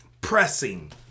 pressing